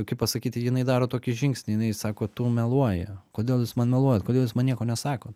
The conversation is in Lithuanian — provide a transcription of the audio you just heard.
kaip pasakyti jinai daro tokį žingsnį jinai sako tu meluoji kodėl jūs man meluojat kodėl jūs man nieko nesakot